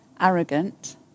arrogant